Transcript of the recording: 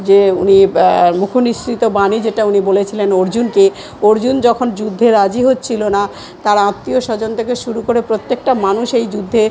যে উনি মুখ নিঃসৃত বাণী যেটা উনি বলেছিলেন অর্জুনকে অর্জুন যখন যুদ্ধে রাজি হচ্ছিল না তার আত্মীয় স্বজন থেকে শুরু করে প্রত্যেকটা মানুষ এই যুদ্ধে